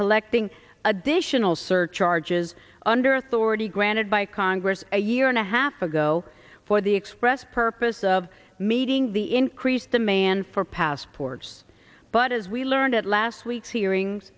collecting additional surcharges under authority granted by congress a year and a half ago for the express purpose of meeting the increased demand for passports but as we learned at last week's hearings